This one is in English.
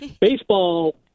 Baseball